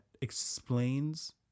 explains